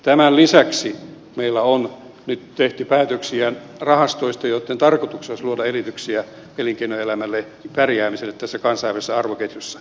tämän lisäksi meillä on nyt tehty päätöksiä rahastoista joiden tarkoituksena olisi luoda edellytyksiä elinkeinoelämän pärjäämiselle tässä kansainvälisessä arvoketjussa